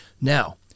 now